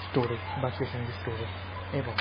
স্টোরে বা স্টেশেনারি স্টোরে এবং